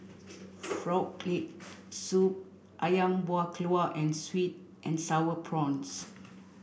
frog leg soup Ayam Buah Keluak and sweet and sour prawns